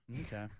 Okay